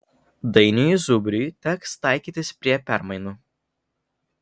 dainiui zubrui teks taikytis prie permainų